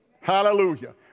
Hallelujah